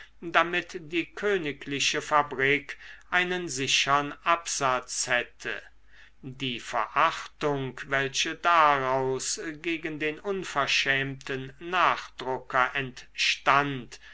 damit die königliche fabrik einen sichern absatz hätte die verachtung welche daraus gegen den unverschämten nachdrucker entstand